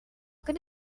can